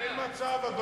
אין מצב.